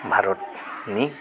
भारतनि